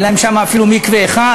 אין להם שם אפילו מקווה אחד.